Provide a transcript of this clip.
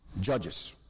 judges